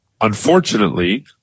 unfortunately